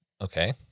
Okay